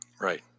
Right